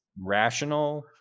rational